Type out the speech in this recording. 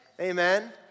Amen